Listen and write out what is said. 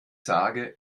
sage